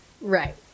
Right